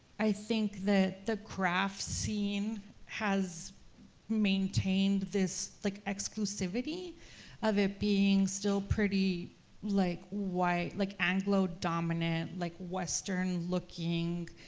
i think that the crafts scene has maintained this, like, exclusivity of it being still pretty like white, like anglo-dominant, like western-looking,